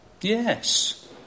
yes